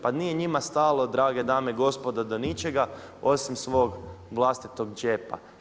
Pa nije njima stalo, drage dame i gospode do ničega, osim svog vlastitog džepa.